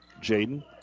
Jaden